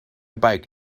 bike